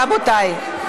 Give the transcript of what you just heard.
רבותי,